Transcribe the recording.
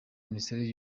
minisiteri